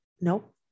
nope